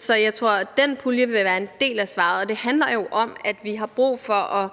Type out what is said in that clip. Så jeg tror, at den pulje vil være en del af svaret. Og det handler jo om, at vi har brug for at